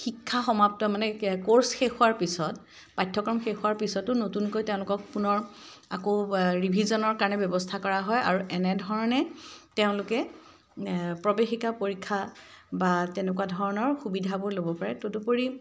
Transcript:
শিক্ষা সমাপ্ত মানে ক'ৰ্ছ শেষ হোৱাৰ পিছত পাঠ্যক্ৰম শেষ হোৱাৰ পিছতো নতুনকৈ তেওঁলোকক পুনৰ আকৌ ৰিভিশ্যনৰ কাৰণে ব্যৱস্থা কৰা হয় আৰু এনেধৰণে তেওঁলোকে প্ৰৱেশিকা পৰীক্ষা বা তেনেকুৱা ধৰণৰ সুবিধাবোৰ ল'ব পাৰে তদুপৰি